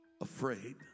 afraid